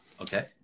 Okay